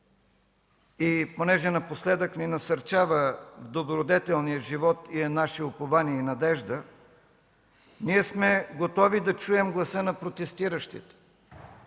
И понеже напоследък ни насърчава: „Добродетелният живот е наше упование и надежда”, ние сме готови да чуем гласа на протестиращите,